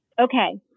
Okay